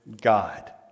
God